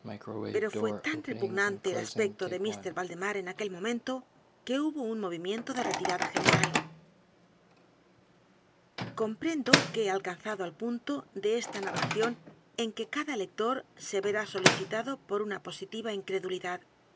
pero fué tan repugnante el aspecto de mr valdemar en aquel momento que hubo un movimiento de retirada general comprendo que he alcanzado al punto de esta narración en que cada lector se verá solicitado por una positiva incredulidad